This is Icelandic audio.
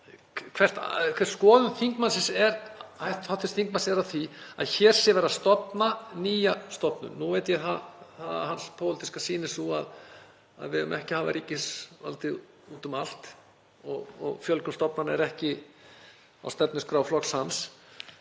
hver skoðun hv. þingmanns er á því að hér sé verið að stofna nýja stofnun. Nú veit ég að hans pólitíska sýn er sú að við eigum ekki að hafa ríkisvaldið úti um allt og fjölgun stofnana er ekki á stefnuskrá flokks hans.